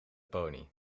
pony